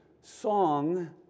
song